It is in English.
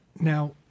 Now